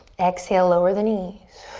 exhale, lower the knees.